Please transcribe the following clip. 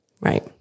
Right